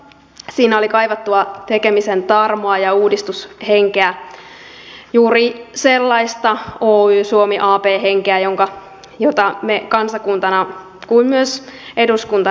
siinä oli kaivattua tekemisen tarmoa ja uudistushenkeä juuri sellaista oy suomi ab henkeä jota me kansakuntana kuten myös eduskuntana tarvitsemme